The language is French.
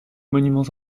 monuments